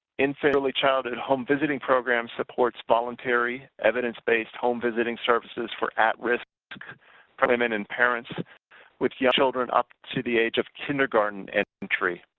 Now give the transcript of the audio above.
infant, early childhood home-visiting program supports voluntary evidence-based home-visiting services for at-risk pregnant women and parents with young children up to the age of kindergarten entry.